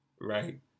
right